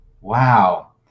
Wow